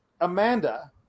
Amanda